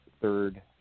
Third